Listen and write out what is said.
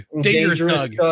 dangerous